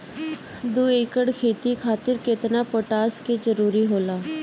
दु एकड़ खेती खातिर केतना पोटाश के जरूरी होला?